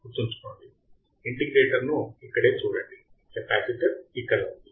గుర్తుంచుకోండి ఇంటిగ్రేటర్ను ఇక్కడే చూడండి కెపాసిటర్ ఇక్కడ ఉంది